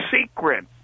secret